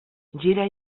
gira